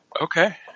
Okay